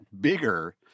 bigger